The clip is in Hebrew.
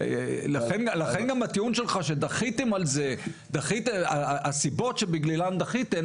לכן גם הטיעון שלך על הסיבות שבגללן דחיתן את זה,